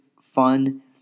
fun